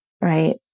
right